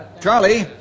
Charlie